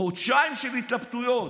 חודשיים של התלבטויות.